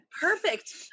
perfect